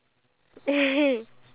short hair ah